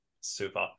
super